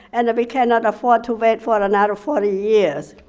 and that we cannot afford to wait for another forty years.